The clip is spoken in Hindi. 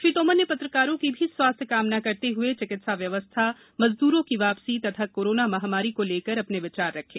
श्री तामर ने पत्रकारों की भी स्वास्थ्य कामना करते हये चिकित्सा व्यवस्था मजदूरों की वापसी तथा कार्रामा महामारी का लेकर अपने विचार रखे